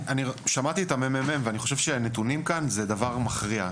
שמעתי את הממ"מ ואני חושב שהנתונים כאן זה דבר מכריע,